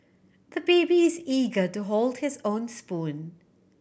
the baby is eager to hold his own spoon